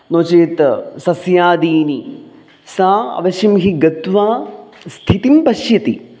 नो चेत् सस्यादीनि सा अवश्यं हि गत्वा स्थितिं पश्यति